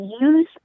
Use